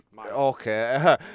Okay